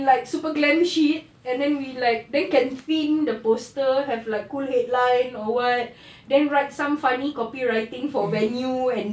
like super glam shit and then we like then can pin the poster have like cool headline or what then write some funny copyrighting for venue and